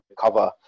cover